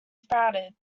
sprouted